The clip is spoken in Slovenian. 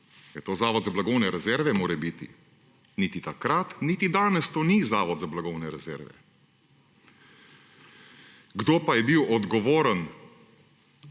Zavod za blagovne rezerve, morebiti? Niti takrat niti danes to ni Zavod za blagovne rezerve. Kdo pa je bil odgovoren